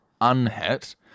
unhit